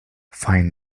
find